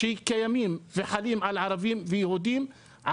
שקיימים וחלים על ערבים ויהודים,